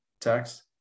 text